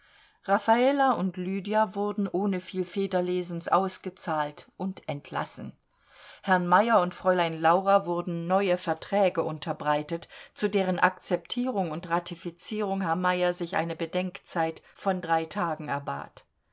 raffala und lydia wurden ohne viel federlesens ausgezahlt und entlassen herrn meyer und fräulein laura wurden neue verträge unterbreitet zu deren akzeptierung und ratifizierung herr meyer sich eine bedenkzeit von drei tagen erbat